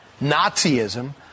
Nazism